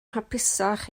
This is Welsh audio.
hapusach